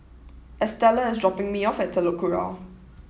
Estela is dropping me off at Telok Kurau